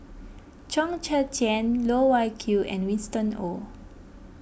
Chong Tze Chien Loh Wai Kiew and Winston Oh